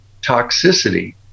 toxicity